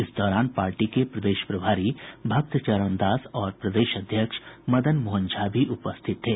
इस दौरान पार्टी के प्रदेश प्रभारी भक्त चरण दास और प्रदेश अध्यक्ष मदन मोहन झा भी उपस्थित थे